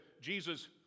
Jesus